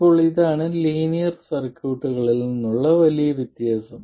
ഇപ്പോൾ ഇതാണ് ലീനിയർ സർക്യൂട്ടുകളിൽ നിന്നുള്ള വലിയ വ്യത്യാസം